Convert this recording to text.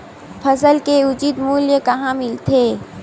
फसल के उचित मूल्य कहां मिलथे?